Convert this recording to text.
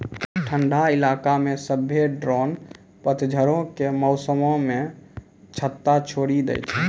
ठंडा इलाका मे सभ्भे ड्रोन पतझड़ो के मौसमो मे छत्ता छोड़ि दै छै